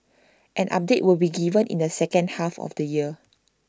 an update will be given in the second half of the year